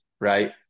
right